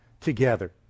together